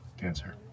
Dancer